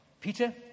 Peter